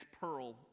pearl